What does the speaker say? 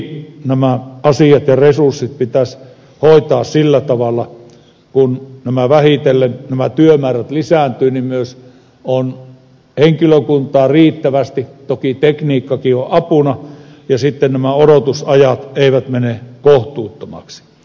toki nämä asiat ja resurssit pitäisi hoitaa sillä tavalla kun vähitellen nämä työmäärät lisääntyvät että on myös henkilökuntaa riittävästi toki tekniikkakin on apuna ja sitten nämä odotusajat eivät mene kohtuuttomaksi